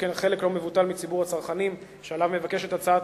שכן חלק לא מבוטל מציבור הצרכנים שעליו הצעת